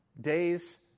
Days